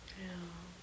ya